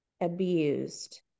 abused